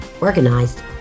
organized